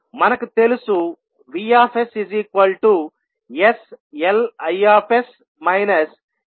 మనకు తెలుసు VssLIs Li0